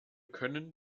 können